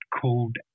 called